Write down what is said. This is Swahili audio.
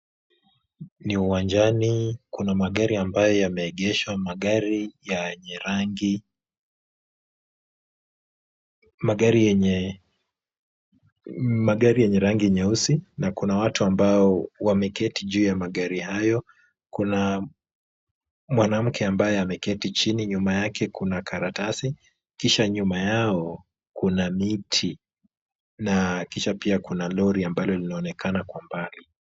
Ni uwanjani kuna magari ambayo yameegeshwa magari ya rangi magari yenye rangi nyeusi. na kuna watu ambao wameketi juu ya magari hayo kuna mwanamke ambaye ameketi chini nyuma yake kuna karatasi. kisha nyuma yao kuna miti na kisha kuna lori ambalo linaonekana Kwa mbali.